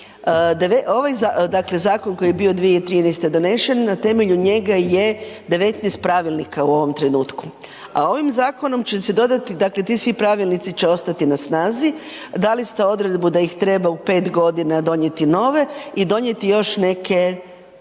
zakon koji je bio 2013. donešen na temelju njega je 19 pravilnika u ovom trenutku, a ovim zakonom će se dodati, dakle svi ti pravilnici će ostati na snazi, dali ste odredbu da ih treba u 5.g. donijeti nove i donijeti još neke